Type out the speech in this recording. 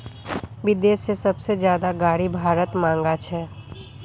विदेश से सबसे ज्यादा गाडी भारत मंगा छे